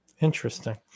Interesting